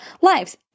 lives